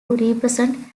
represent